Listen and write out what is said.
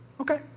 Okay